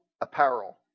apparel